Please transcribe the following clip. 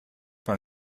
par